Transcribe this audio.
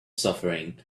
suffering